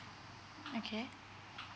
okay